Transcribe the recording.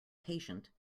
patient